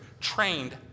trained